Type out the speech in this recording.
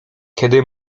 kiedy